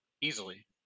Easily